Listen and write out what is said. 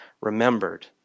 remembered